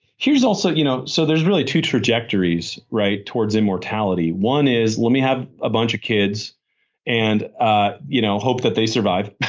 here's also. you know so there's really two trajectories towards immortality. one is, let me have a bunch of kids and ah you know hope that they survive,